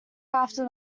after